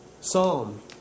Psalm